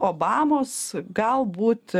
obamos galbūt